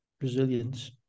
resilience